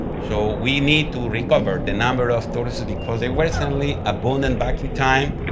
so we need to recover the number of tortoises because they were recently abundant back in time.